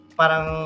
parang